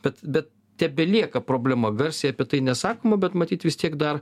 bet bet tebelieka problema garsiai apie tai nesakoma bet matyt vis tiek dar